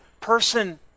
person